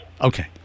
Okay